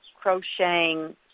crocheting